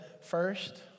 first